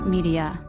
Media